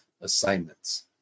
assignments